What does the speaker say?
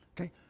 Okay